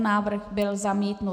Návrh byl zamítnut.